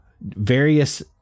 various